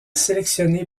sélectionné